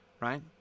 right